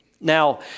Now